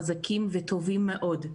חזקים וטובים מאוד.